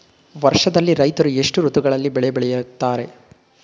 ವರ್ಷದಲ್ಲಿ ರೈತರು ಎಷ್ಟು ಋತುಗಳಲ್ಲಿ ಬೆಳೆ ಬೆಳೆಯುತ್ತಾರೆ?